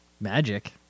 magic